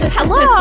Hello